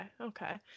okay